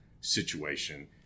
situation